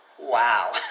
Wow